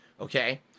okay